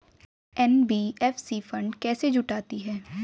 NBFC fund कैसे जुटाती है?